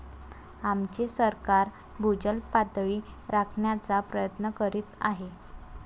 आमचे सरकार भूजल पातळी राखण्याचा प्रयत्न करीत आहे